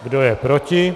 Kdo je proti?